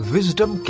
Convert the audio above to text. Wisdom